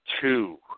two